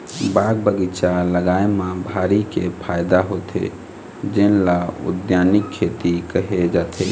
बाग बगीचा लगाए म भारी के फायदा होथे जेन ल उद्यानिकी खेती केहे जाथे